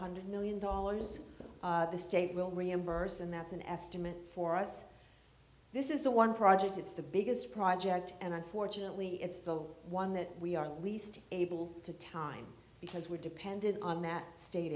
hundred million dollars the state will reimburse and that's an estimate for us this is the one project it's the biggest project and unfortunately it's the one that we are least able to time because we're depended on that state